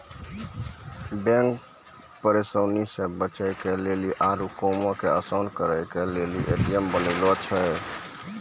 bank परेशानी से बचे के लेली आरु कामो के असान करे के लेली ए.टी.एम बनैने छै